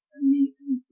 amazing